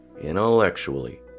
intellectually